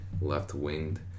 left-winged